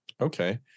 Okay